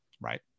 right